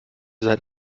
seid